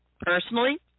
Personally